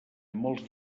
molts